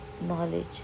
knowledge